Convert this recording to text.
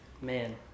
Man